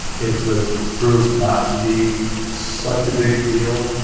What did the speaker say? it was proved not to be such a big deal,